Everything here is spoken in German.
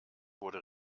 wurde